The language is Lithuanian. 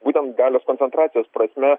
būtent galios koncentracijos prasme